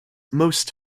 most